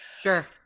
sure